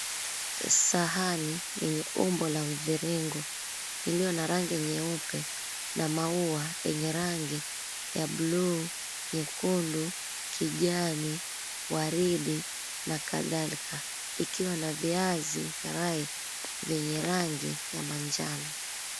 Sahani yenye umbo la mviringo iliyo na rangi nyeupe na maua yenye rangi ya buluu, nyekundu, kijani, waridi na kadhalika ikiwa na viazi karai vyenye rangi ya manjano.